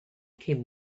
came